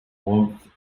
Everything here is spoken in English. warmth